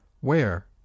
Where